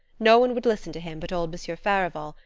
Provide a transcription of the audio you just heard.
no one would listen to him but old monsieur farival,